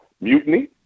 mutiny